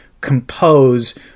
compose